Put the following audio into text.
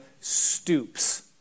stoops